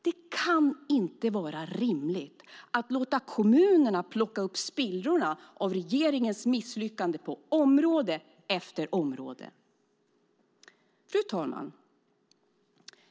Det kan inte vara rimligt att låta kommunerna plocka upp spillrorna av regeringens misslyckande på område efter område. Fru talman!